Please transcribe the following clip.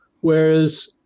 Whereas